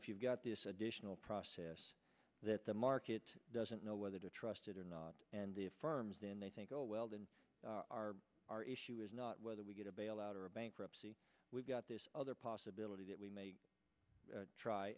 if you've got this additional process that the market doesn't know whether to trust it or not and the firms then they think oh well then our our issue is not whether we get a bailout or a bankruptcy we've got this other possibility that we ma